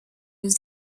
was